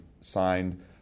signed